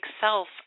self